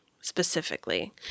specifically